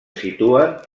situen